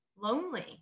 lonely